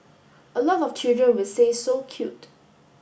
a lot of children will say so cute